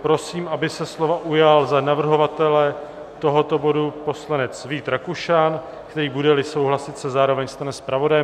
Prosím, aby se slova ujal za navrhovatele tohoto bodu poslanec Vít Rakušan, který, budeli souhlasit, se zároveň stane zpravodajem.